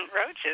roaches